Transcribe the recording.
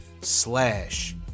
slash